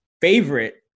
favorite